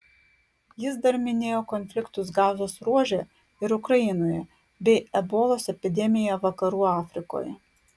jis dar minėjo konfliktus gazos ruože ir ukrainoje bei ebolos epidemiją vakarų afrikoje